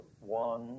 one